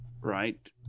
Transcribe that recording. Right